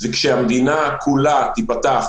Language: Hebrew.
כשהמדינה כולה תיפתח,